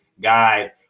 Guy